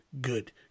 good